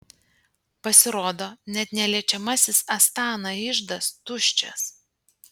pasirodo net neliečiamasis astana iždas tuščias